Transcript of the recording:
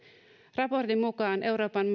raportin mukaan euroopan